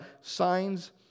signs